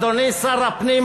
אדוני שר הפנים,